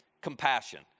compassion